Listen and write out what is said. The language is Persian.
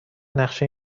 نقشه